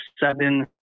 seven